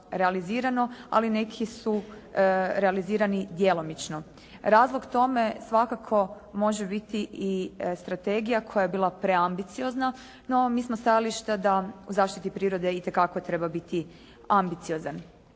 realizirano, ali neki su realizirani djelomično. Razlog tome svakako može biti i strategija koja je bila preambiciozna, no mi smo stajališta da o zaštiti prirode itekako treba biti ambiciozan.